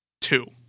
Two